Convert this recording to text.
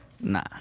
Nah